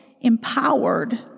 empowered